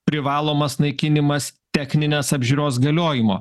privalomas naikinimas techninės apžiūros galiojimo